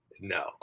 No